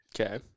Okay